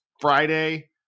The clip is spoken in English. Friday